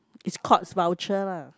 it's Courts voucher lah